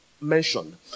mentioned